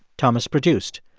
thomas produced.